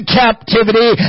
captivity